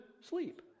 sleep